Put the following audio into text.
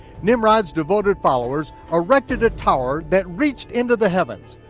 nimrod's devoted followers erected a tower that reached into the heavens,